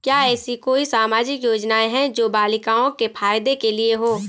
क्या ऐसी कोई सामाजिक योजनाएँ हैं जो बालिकाओं के फ़ायदे के लिए हों?